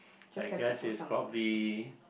I guess is probably